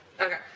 Okay